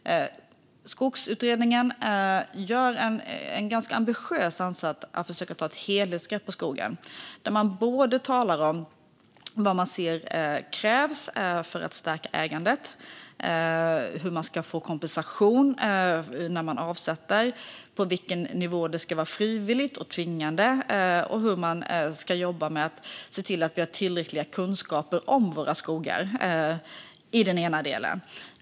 Skogsutredningen har en ganska ambitiös ansats när det gäller att ta ett helhetsgrepp om skogen. Man talar om vad man ser krävs för att stärka ägandet, hur kompensation ska ges vid avsättning, på vilken nivå det ska vara frivilligt eller tvingande och hur man ska jobba med att se till att vi har tillräckliga kunskaper om våra skogar. Det är den ena delen.